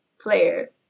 player